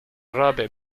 الرابع